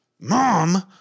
mom